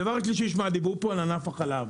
הדבר השלישי, דיברו פה על ענף החלב.